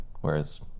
Whereas